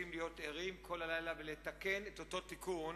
להיות ערים כל הלילה ולתקן את אותו תיקון